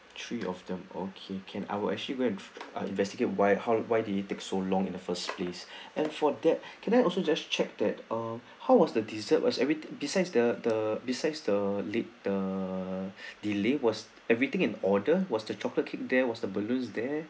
three of them okay can I'll actually go and ah investigate why how why did it take so long in the first place and for that can I also just check that uh how was the dessert was everythin~ besides the the besides the late the delay was everything in order was the chocolate cake there was the balloons there